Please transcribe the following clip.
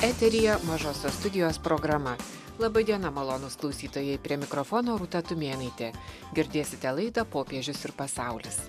eteryje mažosios studijos programa laba diena malonūs klausytojai prie mikrofono rūta tumėnaitė girdėsite laidą popiežius ir pasaulis